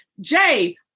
Jay